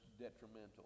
detrimental